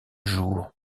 jour